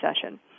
session